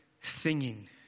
singing